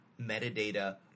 metadata